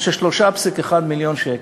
של 3.1 מיליון שקל.